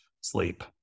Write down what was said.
Sleep